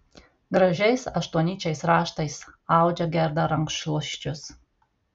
gražiais aštuonnyčiais raštais audžia gerda rankšluosčius